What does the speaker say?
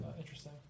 interesting